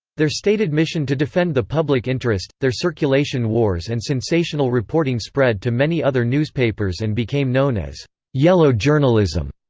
their stated mission to defend the public interest, their circulation wars and sensational reporting spread to many other newspapers and became known as yellow journalism.